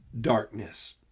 darkness